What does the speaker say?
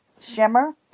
shimmer